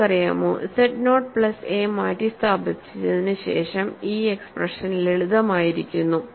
നിങ്ങൾക്കറിയാമോ z naught plus a മാറ്റിസ്ഥാപിച്ചതിന് ശേഷം ഈ എക്സ്പ്രഷൻ ലളിതമായിരിക്കുന്നു